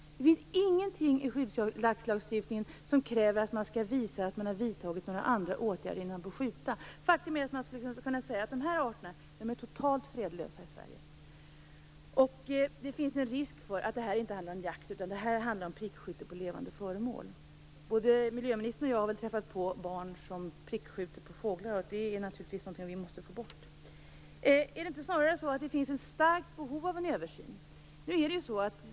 Det finns ingenting i skyddsjaktlagstiftningen som kräver att man skall visa att man vidtagit några andra åtgärder innan man börjar skjuta. Faktum är att man kan säga att de här arterna är totalt fredlösa i Sverige. Det finns en risk för att detta inte handlar om jakt, utan om prickskytte på levande föremål. Både miljöministern och jag har väl träffat på barn som prickskjuter på fåglar. Det är naturligtvis någonting som vi måste få bort. Är det inte snarare så att det finns ett starkt behov av en översyn?